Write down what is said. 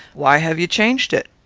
why have you changed it?